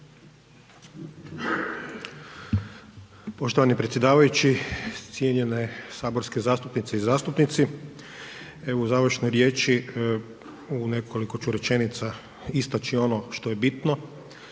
Poštovani predsjedavajući, cijenjene saborske zastupnice i zastupnici. Evo u završnoj riječi u nekoliko rečenica ću istači ono što je bitno,